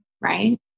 right